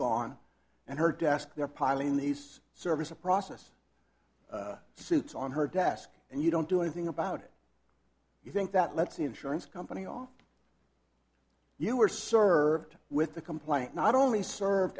gone and her desk they're piling these service a process suits on her desk and you don't do anything about it you think that lets the insurance company on you were served with the complaint not only served